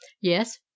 yes